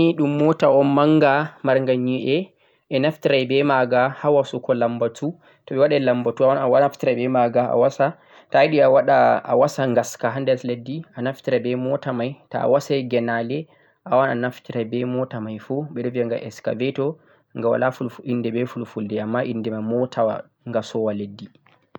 excavator ni dhum mota manga margha nyi'e beh naftiran beh magha ha wasugo lambatu to beh wadai lambatu a wawan naftira beh magha a wasa to'a yidi a wasa gaska ha der leddi a naftira beh mota mai to'a wasai ghenale a wawan a naftira beh mota mai fuu beh do viya gha excavator gha wala inde beh fulfulde amma inde mai mota gasowo leddi yidi